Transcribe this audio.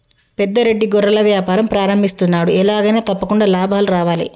పెద్ద రెడ్డి గొర్రెల వ్యాపారం ప్రారంభిస్తున్నాడు, ఎలాగైనా తప్పకుండా లాభాలు రావాలే